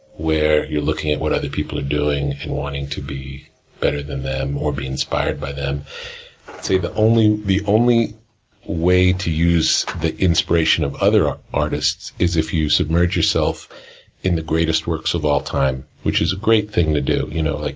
where you're looking at what other people are doing, and wanting to be better than them, or be inspired by them. i'd say the only the only way to use the inspiration of other artists is if you submerge yourself in the greatest greatest works of all time. which is a great thing to do, you know like,